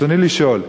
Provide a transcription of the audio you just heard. רצוני לשאול: